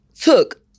took